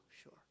sure